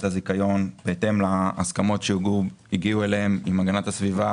הזיכיון בהתאם להסכמות שהגיעו אליהן עם הגנת הסביבה,